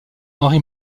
henri